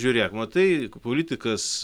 žiūrėk matai politikas